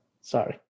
Sorry